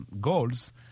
goals